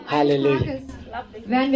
Hallelujah